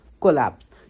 collapse